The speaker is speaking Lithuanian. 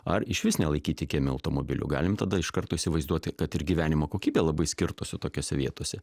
ar išvis nelaikyti kieme automobilių galim tada iš karto įsivaizduoti kad ir gyvenimo kokybė labai skirtųsi tokiose vietose